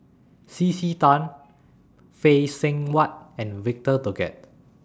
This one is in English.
C C Tan Phay Seng Whatt and Victor Doggett